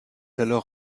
alors